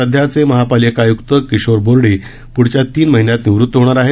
सध्याचे महापालिका आय्क्त किशोर बोर्डे प्ढल्या महिन्यात निवृत होणार आहेत